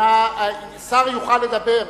שר יוכל לדבר,